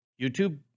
YouTube